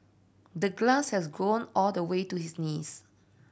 the grass had grown all the way to his knees